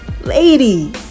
lady